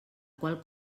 qual